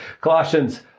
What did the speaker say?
Colossians